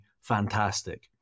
fantastic